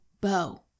bow